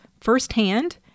firsthand